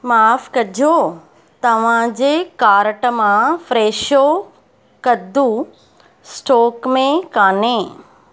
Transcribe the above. माफ़ु कजो तव्हांजे कार्ट मां फ़्रेशो कद्दू स्टॉक में कान्हे